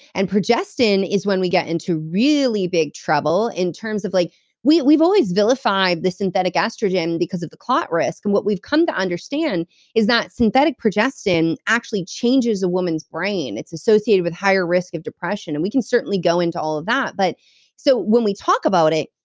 and progestin is when we get into really big trouble in terms of. like we've always vilified the synthetic estrogen because of the clot risk. and what we've come to understand is that synthetic progestin actually changes a woman's brain. it's associated with higher risk of depression, and we can certainly go into all of that but so when we talk about it,